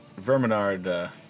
Verminard